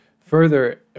further